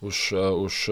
už už